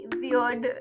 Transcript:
weird